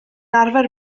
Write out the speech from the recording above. arfer